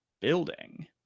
building